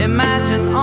Imagine